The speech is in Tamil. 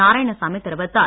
நாராயணசாமி தெரிவித்தார்